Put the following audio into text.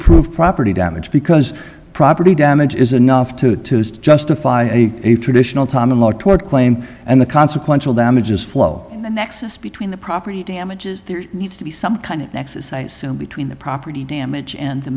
prove property damage because property damage is enough to justify a traditional tom in law tort claim and the consequential damages flow the nexus between the property damages there needs to be some kind of nexus between the property damage and the